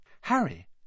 Harry